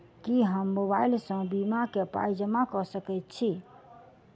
की हम मोबाइल सअ बीमा केँ पाई जमा कऽ सकैत छी?